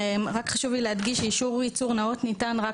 רק חשוב לי להדגיש שאישור ייצור נאות ניתן רק